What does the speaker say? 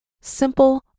simple